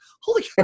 holy